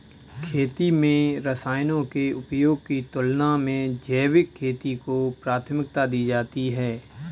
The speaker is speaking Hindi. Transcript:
खेती में रसायनों के उपयोग की तुलना में जैविक खेती को प्राथमिकता दी जाती है